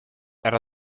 era